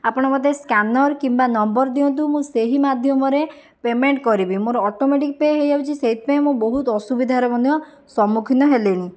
ଆପଣ ମୋତେ ସ୍କାନର କିମ୍ବା ନମ୍ବର ଦିଅନ୍ତୁ ମୁଁ ସେହି ମାଧ୍ୟମରେ ପେମେଣ୍ଟ କରିବି ମୋର ଅଟୋମେଟିକ ପେ ହୋଇଯାଉଛି ସେଇଥିପାଇଁ ମୁଁ ବହୁତ ଅସୁବିଧାରେ ମଧ୍ୟ ସମ୍ମୁଖୀନ ହେଲିଣି